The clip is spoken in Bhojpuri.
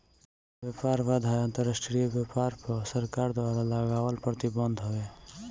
व्यापार बाधाएँ अंतरराष्ट्रीय व्यापार पअ सरकार द्वारा लगावल प्रतिबंध हवे